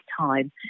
time